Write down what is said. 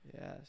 yes